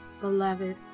Beloved